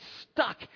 Stuck